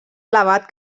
elevat